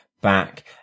back